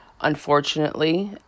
Unfortunately